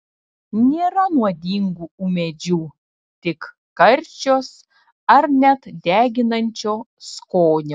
nėra nuodingų ūmėdžių tik karčios ar net deginančio skonio